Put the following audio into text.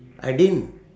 I didn't